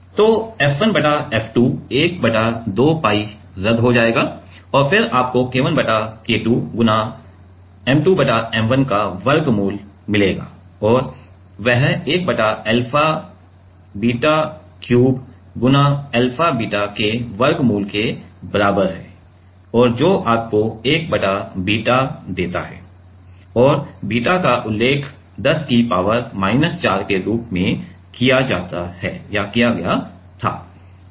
तो f1 बटा f2 1 बटा 2 pi रद्द हो जाएगा और फिर आपको K1 बटा K2 गुणा m2 बटा m1 का वर्गमूल मिलेगा और वह 1 बटा अल्फा बीटा क्यूब गुणा अल्फा बीटा के वर्गमूल के बराबर है और जो आपको १ बटा बीटा देता है और बीटा का उल्लेख १० की पावर माइनस 4 के रूप में किया गया था